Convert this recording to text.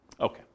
Okay